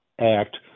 Act